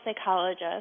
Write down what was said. psychologist